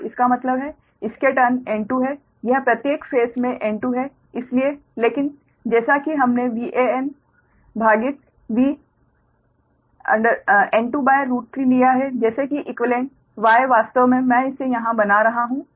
और इसका मतलब है इसके टर्न्स N2 है यह प्रत्येक फेस में 𝑵𝟐 है लेकिन जैसा कि हमने VAn भागित V N23 लिया है जैसे कि इक्वीवेलेंट Y वास्तव में मैं इसे यहाँ बना रहा हूँ